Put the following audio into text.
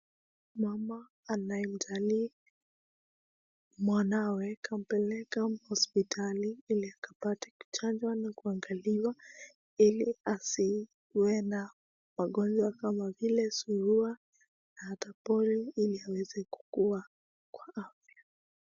Mama anayemjali mwanawe anampeleka hospitali ili akapate chanjo na kuangaliwa ili asiweze kupatwa na magonjwa kama vil Suruwa, anatibiwa ili aweze kukua na afya.